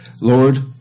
Lord